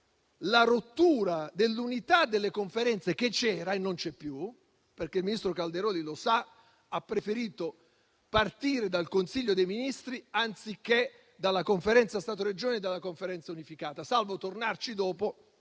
la rottura dell'unità delle Conferenze che c'era e non c'è più - perché il ministro Calderoli ha preferito partire dal Consiglio dei ministri anziché dalla Conferenza Stato-Regioni e dalla Conferenza unificata, salvo tornarci dopo